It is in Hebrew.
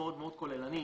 ו-(3)